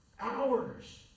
Hours